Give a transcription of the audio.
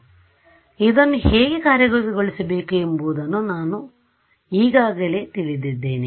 ಆದ್ದರಿಂದ ಇದನ್ನು ಹೇಗೆ ಕಾರ್ಯಗತಗೊಳಿಸಬೇಕು ಎಂಬುದನ್ನು ನಾವು ಈಗಾಗಲೇ ತಿಳಿದಿದ್ದೇವೆ